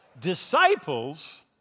disciples